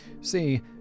See